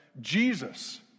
Jesus